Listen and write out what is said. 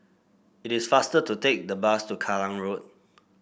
it is faster to take the bus to Kallang Road